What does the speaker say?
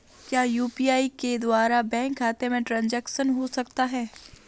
क्या यू.पी.आई के द्वारा बैंक खाते में ट्रैन्ज़ैक्शन हो सकता है?